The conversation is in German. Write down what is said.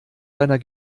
seiner